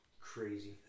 crazy